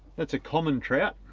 that's a common trout,